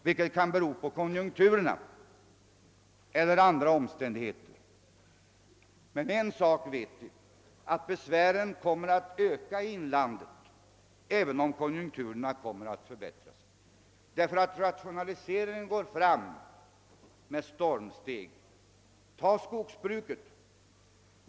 Detta kan bero på konjunkturerna eller på andra omständigheter, men en sak vet vi: besvären kommer att öka i inlandet, även om konjunkturerna förbättras. Rationaliseringen går nämligen fram med stormsteg. Se bara på skogsbruket.